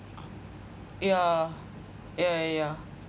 yeah yeah yeah yeah